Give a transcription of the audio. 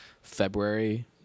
February